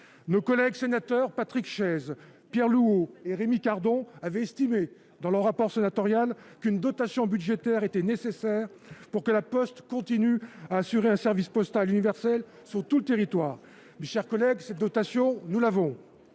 Nos collègues Patrick Chaize, Pierre Louault et Rémi Cardon avaient estimé, dans leur rapport sénatorial, qu'une dotation budgétaire était nécessaire pour que La Poste continue à assurer un service postal universel sur tout le territoire. Cette dotation, mes chers collègues, nous l'avons